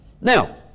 Now